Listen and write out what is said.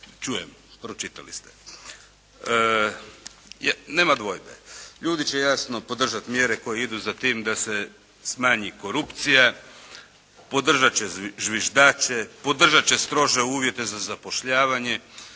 čujem, pročitali ste. Nema dvojbe, ljudi će jasno, podržati mjere koje idu za tim da se smanji korupcija, podržati će zviždače, podržati će strože uvjete za zapošljavanje,